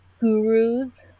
gurus